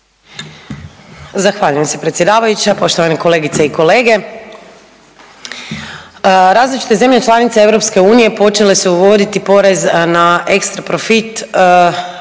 Zahvaljujem se predsjedavajuća. Poštovane kolegice i kolege. Različite zemlje članice Europske unije počele su uvoditi porez na ekstra profit